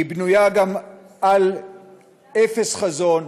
והיא בנויה גם על אפס חזון,